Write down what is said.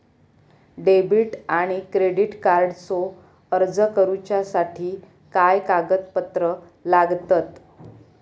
Debit आणि credit कार्डचो अर्ज करुच्यासाठी काय कागदपत्र लागतत?